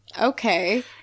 Okay